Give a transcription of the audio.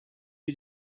you